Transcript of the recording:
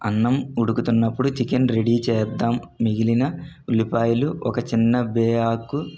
అన్నం ఉడుకుతున్నప్పుడు chicken ready చేద్దాం మిగిలిన ఉల్లిపాయలు ఒక చిన్న బే ఆకు